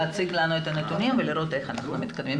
להציג לנו את הנתונים ולראות איך אנחנו מתקדמים.